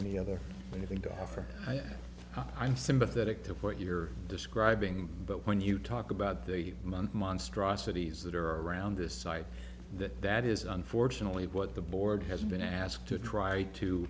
any other living to offer i'm sympathetic to what you're describing but when you talk about the month monstrosities that are around this site that that is unfortunately what the board has been asked to try